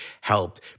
helped